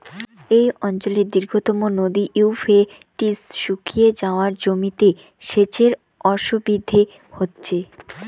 এই অঞ্চলের দীর্ঘতম নদী ইউফ্রেটিস শুকিয়ে যাওয়ায় জমিতে সেচের অসুবিধে হচ্ছে